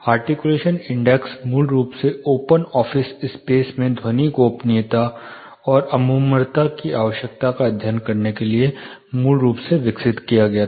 articulation index मूल रूप से ओपन ऑफिस स्पेस में ध्वनि गोपनीयता और अमूर्तता की आवश्यकता का अध्ययन करने के लिए मूल रूप से विकसित किया गया था